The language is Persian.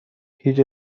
هیچ